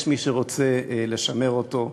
יש מי שרוצה לשמר אותו.